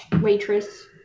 waitress